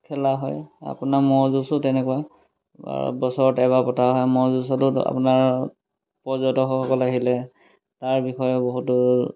খেলা হয় আপোনাৰ ম'হ যুঁজো তেনেকুৱা বছৰত এবাৰ পতা হয় ম'হ যুঁজতো আপোনাৰ পৰ্যটকসকলে আহিলে তাৰ বিষয়ে বহুতো